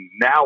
now